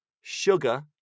sugar